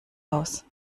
aus